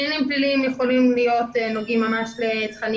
אם הם פליליים הם יכולים להיות נוגעים ממש לתכנים